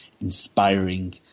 inspiring